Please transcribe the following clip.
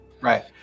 Right